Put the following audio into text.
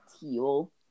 teal